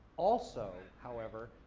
also, however,